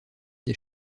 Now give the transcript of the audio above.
des